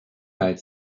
weit